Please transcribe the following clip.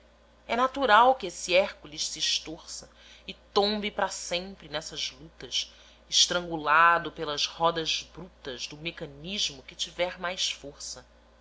é natural que esse hércules se estorça e tombe para sempre nessas lutas estrangulado pelas rodas brutas do mecanismo que tiver mais força